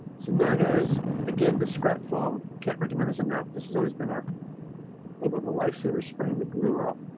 so now guys again the scrap foam can't recommend is enough, this has always been a little bit of a lifesaver spraying the glue up